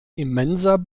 immenser